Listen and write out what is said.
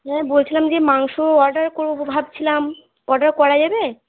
হ্যাঁ বলছিলাম যে মাংস অর্ডার করব ভাবছিলাম অর্ডার করা যাবে